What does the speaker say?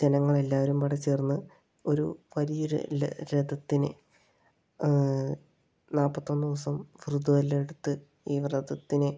ജനങ്ങൾ എല്ലാവരും കൂടെ ചേർന്ന് ഒരു വലിയ ഒരു രഥത്തിനെ നാൽപ്പത്തൊന്ന് ദിവസം വ്രതം എല്ലാം എടുത്ത് ഈ വ്രതത്തിനെ